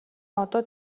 одоо